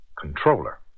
controller